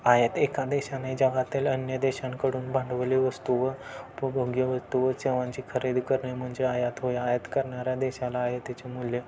आहेत एका देशाने जगातील अन्य देशांकडून भांडवली वस्तू व उपभोग्य वस्तू व सेवांची खरेदी करणे म्हणजे आयात होय आयात करणाऱ्या देशाला आयातीचे मूल्य